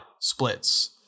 splits